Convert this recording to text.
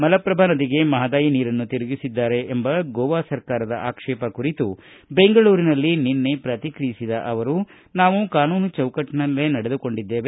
ಮಲಪ್ರಭ ನದಿಗೆ ಮಹಾದಾಯಿ ನೀರನ್ನು ತಿರುಗಿಸಿದ್ದಾರೆ ಎಂಬ ಗೋವಾ ಸರ್ಕಾರದ ಆಕ್ಷೇಪ ಕುರಿತು ಬೆಂಗಳೂರಿನಲ್ಲಿ ನಿನ್ನೆ ಪ್ರತಿಕ್ರಿಯಿಸಿದ ಅವರು ನಾವು ಕಾನೂನು ಚೌಕಟ್ಟಿನಲ್ಲೇ ನಡೆದುಕೊಂಡಿದ್ದೇವೆ